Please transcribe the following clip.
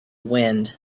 wind